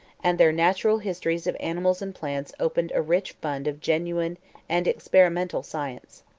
and their natural histories of animals and plants opened a rich fund of genuine and experimental science.